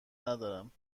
ندارم